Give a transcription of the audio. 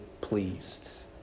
pleased